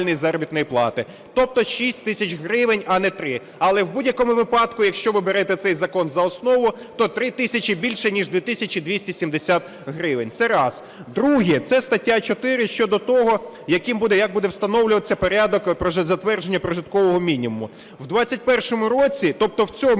заробітної плати, тобто 6 тисяч гривень, а не 3. Але в будь-якому випадку, якщо ви берете цей закон за основу, то 3 тисячі – більше ніж 2 тисячі 270 гривень. Це раз. Друге – це стаття 4 щодо того, як буде встановлюватися порядок затвердження прожиткового мінімуму. В 21-му році, тобто в цьому